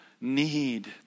need